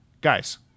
guys